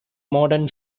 modern